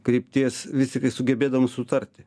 krypties vis tiktai sugebėdavom sutarti